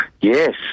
Yes